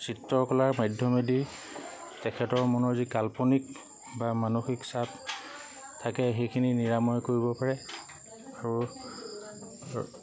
চিত্ৰকলাৰ মাধ্যমেদি তেখেতৰ মনৰ যি কাল্পনিক বা মানসিক চাপ থাকে সেইখিনি নিৰাময় কৰিব পাৰে আৰু